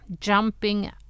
jumping